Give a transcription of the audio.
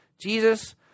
Jesus